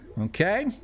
Okay